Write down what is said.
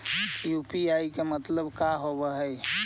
UPI मतलब का होब हइ?